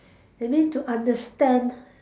that mean to understand